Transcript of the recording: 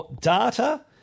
Data